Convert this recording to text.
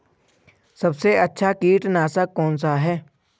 सबसे अच्छा कीटनाशक कौनसा है?